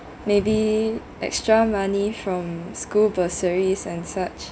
maybe extra money from school bursaries and such